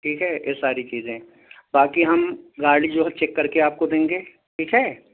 ٹھیک ہے یہ ساری چیزیں باقی ہم گاڑی جو ہے چیک کر کے آپ کو دیں گے ٹھیک ہے